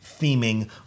theming